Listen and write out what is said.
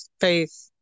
faith